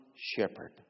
shepherd